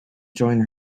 join